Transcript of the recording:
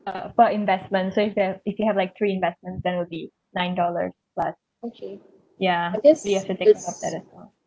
on top investment so if you have if you have like three investments then will be nine dollars plus ya maybe you should take note of that as well